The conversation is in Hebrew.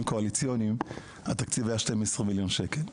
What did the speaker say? קואליציוניים התקציב היה 12 מיליון שקל.